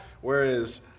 Whereas